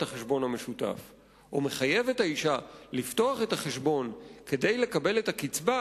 החשבון המשותף או מחייב את האשה לפתוח את החשבון כדי לקבל את הקצבה,